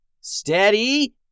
Steady